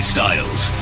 Styles